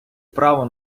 право